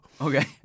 Okay